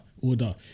Order